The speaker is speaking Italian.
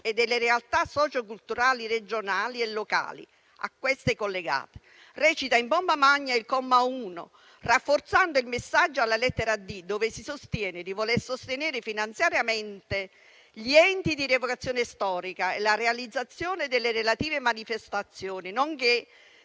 e delle realtà socio-culturali regionali e locali a queste collegate». Così recita in pompa magna il comma 1, rafforzando il messaggio alla lettera *d)* del medesimo articolo, dove si sostiene di voler sostenere finanziariamente gli enti di rievocazione storica e la realizzazione delle relative manifestazioni nonché